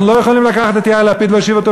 אנחנו לא יכולים לקחת את יאיר לפיד ולהושיב אותו,